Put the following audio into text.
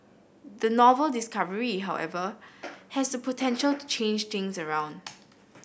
the novel discovery however has the potential to change things around